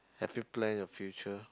have you plan your future